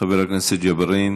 חבר הכנסת ג'בארין.